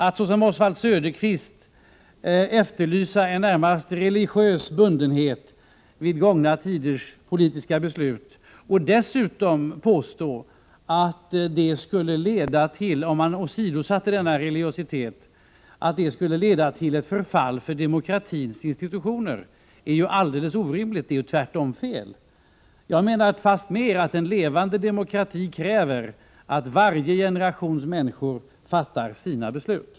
Att, som Oswald Söderqvist gör, efterlysa en närmast religiös bundenhet vid gångna tiders politiska beslut och dessutom påstå att åsidosättande av denna religiositet skulle leda till ett förfall för demokratins institutioner är alldeles orimligt och helt felaktigt. Jag menar fastmer att en levande demokrati kräver att varje generations människor fattar sina beslut.